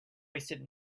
wasted